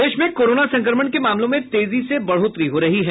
प्रदेश में कोरोन संक्रमण के मामलों में तेजी से बढ़ोतरी हो रही है